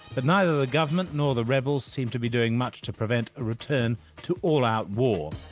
but neither the government nor the rebels seem to be doing much to prevent a return to all-out war.